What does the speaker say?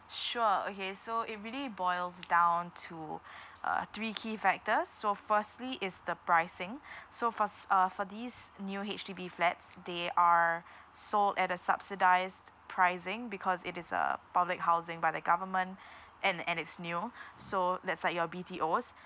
sure okay so it really boils down to uh three key factors so firstly is the pricing so for s~ uh for these new H_D_B flats they are sold at a subsidised pricing because it is a public housing by the government and and it's new so that's like your B_T_Os